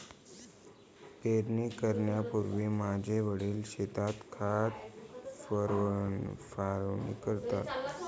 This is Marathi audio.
पेरणी करण्यापूर्वी माझे वडील शेतात खत फवारणी करतात